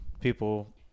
people